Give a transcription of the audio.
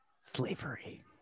Slavery